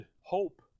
hope